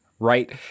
Right